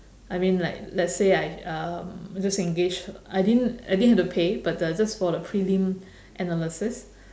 I mean like let's say I um just engage I didn't I didn't have to pay but uh just for the prelim analysis